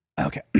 Okay